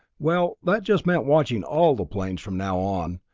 well, that just meant watching all the planes from now on,